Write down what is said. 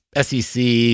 SEC